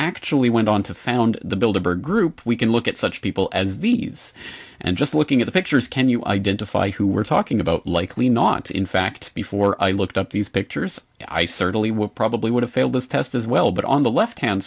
actually went on to found the builder group we can look at such people as these and just looking at the pictures can you identify who we're talking about likely not to in fact before i looked up these pictures i certainly would probably would have failed this test as well but on the left hand